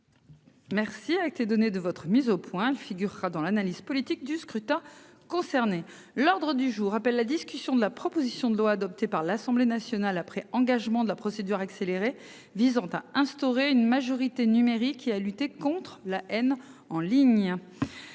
Merci, avec les données de votre mise au point figurera dans l'analyse politique du scrutin concernés l'ordre du jour appelle la discussion de la proposition de loi adoptée par l'Assemblée nationale après engagement de la procédure accélérée, visant à instaurer une majorité numérique il a lutté contre la haine en ligne.